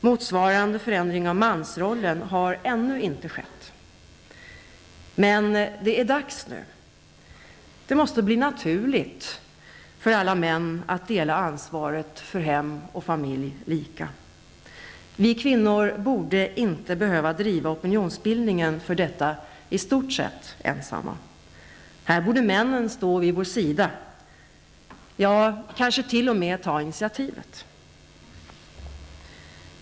Motsvarande förändring av mansrollen har ännu inte skett. Men det är dags nu. Det måste bli naturligt för alla män att dela ansvaret för hem och familj lika. Vi kvinnor borde inte behöva driva opinionsbildningen för detta i stort sett ensamma. Här borde männen stå vid vår sida -- ja, kanske t.o.m. ta initiativet!